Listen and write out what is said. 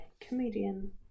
comedian